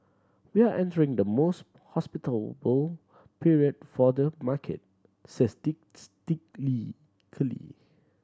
we are entering the most hospitable period for the market